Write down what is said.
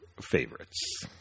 favorites